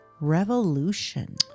revolution